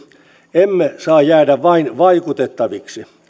emme saa jäädä vain vaikutettaviksi